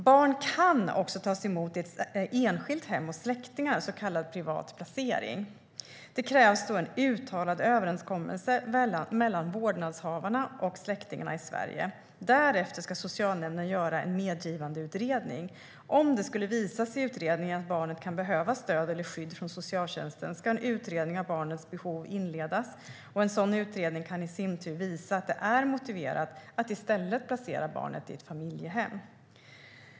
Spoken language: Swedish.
Barn kan även tas emot i ett enskilt hem hos släktingar, så kallad privat placering. Det krävs då en uttalad överenskommelse mellan vårdnadshavarna och släktingarna i Sverige. Därefter ska socialnämnden göra en medgivandeutredning. Om det skulle visa sig i utredningen att barnet kan behöva stöd eller skydd från socialtjänsten ska en utredning av barnets behov inledas och en sådan utredning kan i sin tur visa att det är motiverat att i stället placera barnet i ett familjehem.